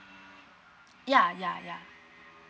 ya ya ya